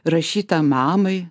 rašytą mamai